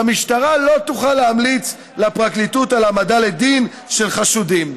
שהמשטרה לא תוכל להמליץ לפרקליטות על העמדה לדין של חשודים.